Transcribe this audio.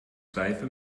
seife